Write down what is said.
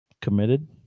committed